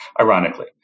ironically